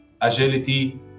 agility